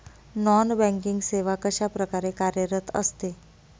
Non banking सेवा कशाप्रकारे कार्यरत असते?